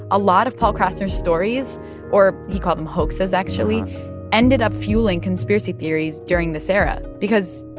a lot of paul krassner's stories or he called them hoaxes, actually ended up fueling conspiracy theories during this era because,